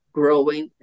growing